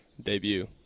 debut